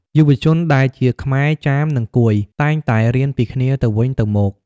យុវជនដែលជាខ្មែរ ចាម និងកួយតែងតែរៀនពីគ្នាទៅវិញទៅមក។